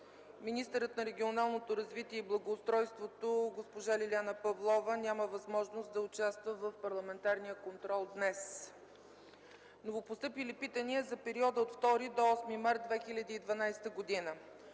министърът на регионалното развитие и благоустройството госпожа Лиляна Павлова няма възможност да участва в парламентарния контрол днес. Новопостъпили питания за периода от 2 до 8 март 2012 г.: